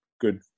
good